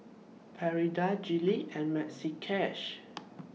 Prada Gillette and Maxi Cash